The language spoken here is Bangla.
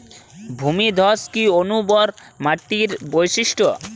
ভূমিধস কি অনুর্বর মাটির বৈশিষ্ট্য?